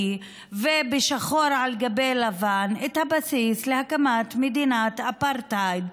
ושחור על גבי לבן את הבסיס להקמת מדינת אפרטהייד,